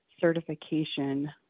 certification